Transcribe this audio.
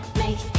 make